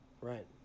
Right